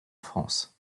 france